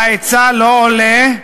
וההיצע לא עולה,